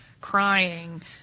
crying